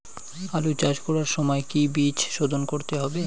আলু চাষ করার সময় কি বীজ শোধন করতে হবে?